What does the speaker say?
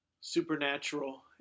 supernatural